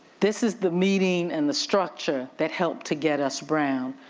this is the meeting and the structure that helped to get us brown,